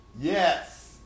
Yes